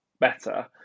better